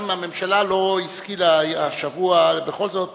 גם הממשלה לא השכילה השבוע בכל זאת